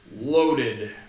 loaded